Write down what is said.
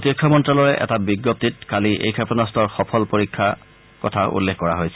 প্ৰতিৰক্ষা মন্ত্যালয়ৰ এটা বিজ্ঞপ্তিত কালি এই ক্ষেপণাস্ত্ৰৰ সফল পৰীক্ষা কৰাৰ কথা উল্লেখ কৰা হৈছে